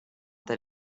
that